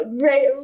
right